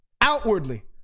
outwardly